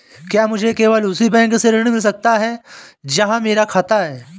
क्या मुझे केवल उसी बैंक से ऋण मिल सकता है जहां मेरा खाता है?